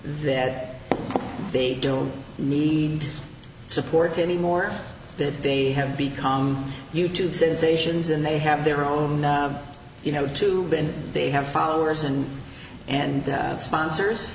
that they don't need support anymore that they have become you tube sensations and they have their own you know to the end they have followers and and that sponsors